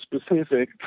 specific